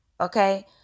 Okay